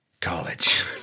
college